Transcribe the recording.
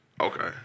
Okay